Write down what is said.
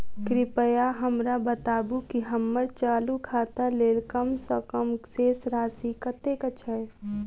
कृपया हमरा बताबू की हम्मर चालू खाता लेल कम सँ कम शेष राशि कतेक छै?